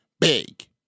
big